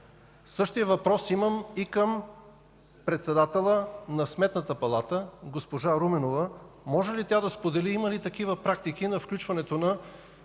Същият въпрос имам и към председателя на Сметната палата госпожа Руменова. Може ли тя да сподели има ли такива практики на включването на